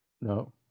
No